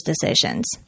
decisions